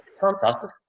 Fantastic